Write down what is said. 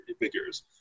figures